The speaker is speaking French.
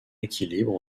équilibre